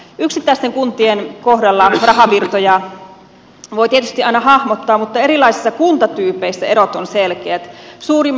yksittäisten kuntien kohdalla rahavirtoja voi tietysti aina hahmottaa mutta erilaisissa kuntatyypeissä erot ovat selkeät